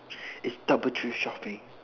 it's double thrift shopping